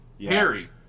Harry